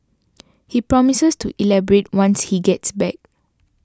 he promises to elaborate once he gets back